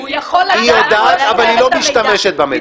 היא יודעת אבל לא משתמשת במידע.